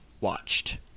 watched